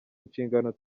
inshingano